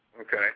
Okay